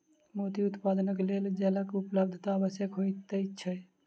मोती उत्पादनक लेल जलक उपलब्धता आवश्यक होइत छै